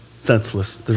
senseless